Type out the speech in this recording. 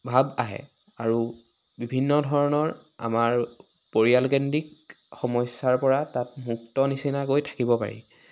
ভাব আহে আৰু বিভিন্ন ধৰণৰ আমাৰ পৰিয়ালকেন্দ্ৰিক সমস্যাৰ পৰা তাত মুক্ত নিচিনাকৈ থাকিব পাৰি